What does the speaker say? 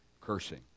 Cursing